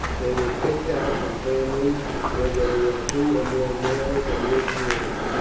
they were picked out from families where there were two or more males of working age,